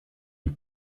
une